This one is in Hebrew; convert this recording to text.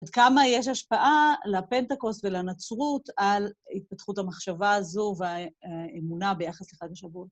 אז כמה יש השפעה לפטקוסט ולנצרות על התפתחות המחשבה הזו והאמונה ביחס לחג השבועות?